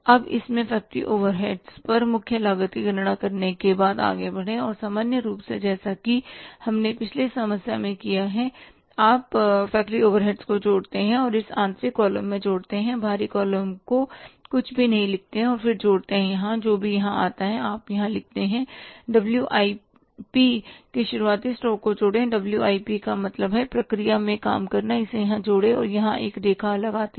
अब इसमें factory overheads पर मुख्य लागत की गणना करने के बाद आगे बढ़े और सामान्य रूप से जैसा कि हमने पिछली समस्या में किया है आप फ़ैक्टरी ओवरहेड्स को जोड़ते हैं और इसे आंतरिक कॉलम में जोड़ते हैं बाहरी कॉलम को कुछ भी नहीं लिखते हैं और फिर जोड़ते हैं यहां जो भी यहां आता है आप यहां लिखते हैं डब्ल्यूआईपी के शुरुआती स्टॉक को जोड़े डब्ल्यूआईपी का मतलब है प्रक्रिया में काम करना इसे यहां जोड़े और यहां एक रेखा लगाते हैं